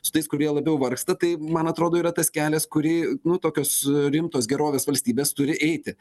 su tais kurie labiau vargsta tai man atrodo yra tas kelias kurį nu tokios rimtos gerovės valstybės turi eiti